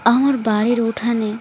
আমার বাড়ির উঠানে